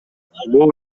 бул